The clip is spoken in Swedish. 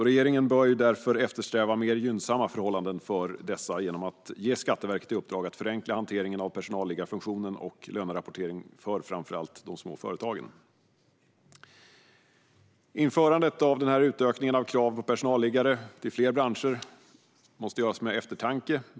Regeringen bör därför eftersträva mer gynnsamma förhållanden för dessa genom att ge Skatteverket i uppdrag att förenkla hanteringen av personalliggarfunktionen och lönerapporteringen för framför allt de små företagen. Införandet av utökningen av krav på personalliggare till fler branscher måste göras med eftertanke.